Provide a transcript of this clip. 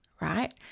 right